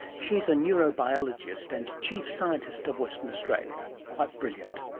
she's a neurobiologist and chief scientist of western australia. quite brilliant.